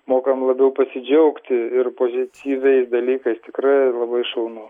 mokam labiau pasidžiaugti ir pozityviais dalykais tikrai labai šaunu